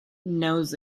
knows